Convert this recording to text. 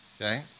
Okay